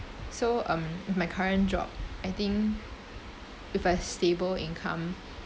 so um my current job I think with a stable income